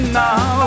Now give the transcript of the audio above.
now